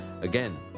Again